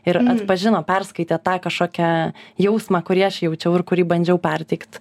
ir atpažino perskaitė tą kažkokią jausmą kurį aš jaučiau ir kurį bandžiau perteikt